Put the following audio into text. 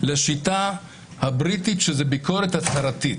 לשיטה הבריטית שהיא ביקורת הצהרתית.